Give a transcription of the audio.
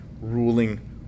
ruling